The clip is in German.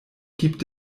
gibt